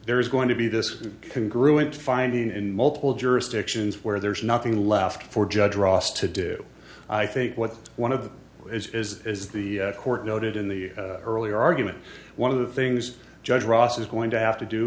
there is going to be this can grew into finding in multiple jurisdictions where there's nothing left for judge ross to do i think what one of them is as is the court noted in the earlier argument one of the things judge ross is going to have to do